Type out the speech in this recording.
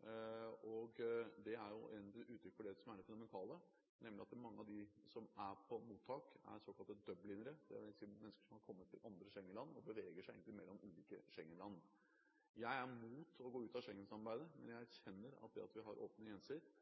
Det er jo egentlig uttrykk for det som er det fundamentale, nemlig at mange av dem som er på mottak, er såkalte dublinere, dvs. mennesker som har kommet til andre Schengen-land og egentlig beveger seg mellom ulike Schengen-land. Jeg er mot å gå ut av Schengen-samarbeidet, men jeg erkjenner at det at vi har åpne